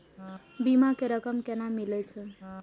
बीमा के रकम केना मिले छै?